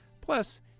Plus